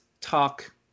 talk